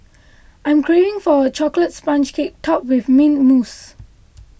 I am craving for a Chocolate Sponge Cake Topped with Mint Mousse